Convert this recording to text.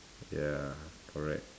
ya correct